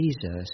Jesus